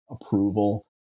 approval